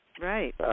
right